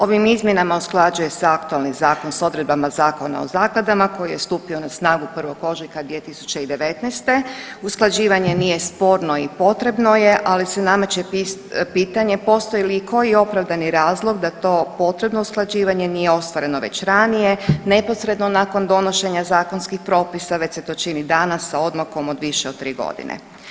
Ovim izmjenama usklađuje se aktualni zakon s odredbama Zakona o zakladama koji je stupio na snagu 1. ožujka 2019., usklađivanje nije sporno i potrebno je, ali se nameće pitanje postoji li i koji opravdani razlog da to potrebno usklađivanje nije ostvareno već ranije neposredno nakon donošenja zakonskih propisa već se to čini danas sa odmakom od više od 3.g.